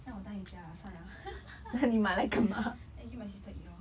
那我在家啦算 liao I give my sister eat lor